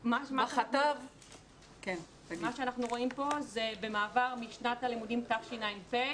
מה שאנחנו רואים פה זה במעבר משנת הלימודים תשע"ט,